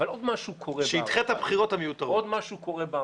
אבל עוד משהו קורה --- שידחה את הבחירות המיותרות.